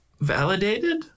validated